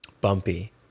bumpy